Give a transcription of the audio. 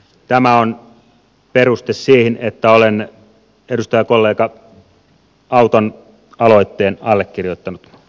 tämä on peruste siihen että olen edustajakollega auton aloitteen allekirjoittanut